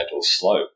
slope